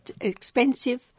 expensive